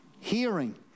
Hearing